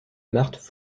marthe